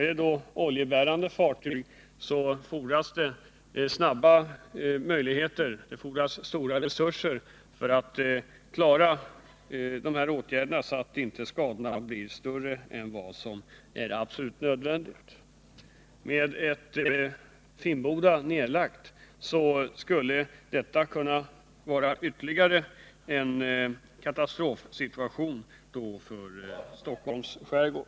Om det gäller oljebärande fartyg fordras det då snabba insatser och stora resurser för att skadorna inte skall bli större än vad som är absolut nödvändigt. En nedläggning av Finnboda Varv skulle kunna bli katastrofal också i detta avseende för Stockholms skärgård.